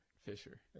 Fisher